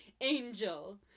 angel